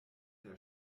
der